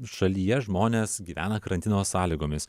šalyje žmonės gyvena karantino sąlygomis